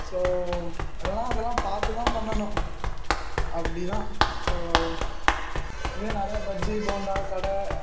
so எல்லாம் அதெல்லாம் பார்த்து தான் பண்ணணும் அப்படி தான் ஸோ இன்னும் நிறையா பஜ்ஜி போண்டா கடை